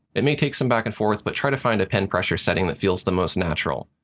it may take some back and forth, but try to find a pen pressure setting that feels the most natural.